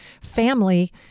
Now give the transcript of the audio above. family